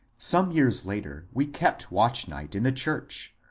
some years later we kept watch night in the church,